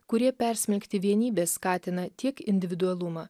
kurie persmelkti vienybės skatina tiek individualumą